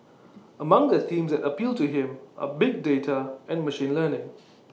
among the themes that appeal to him are big data and machine learning